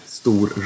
stor